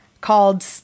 called